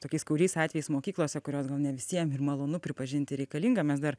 tokiais kuriais atvejais mokyklose kurios gal ne visiem ir malonu pripažinti reikalinga mes dar